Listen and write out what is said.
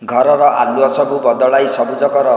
ଘରର ଆଲୁଅ ସବୁ ବଦଳାଇ ସବୁଜ କର